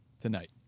tonight